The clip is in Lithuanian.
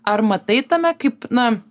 ar matai tame kaip na